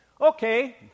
Okay